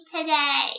today